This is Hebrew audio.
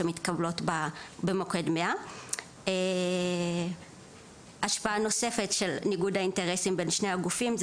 שמתקבלות במוקד 100. השפעה נוספת של ניגוד האינטרסים בין שני הגופים היא